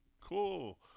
cool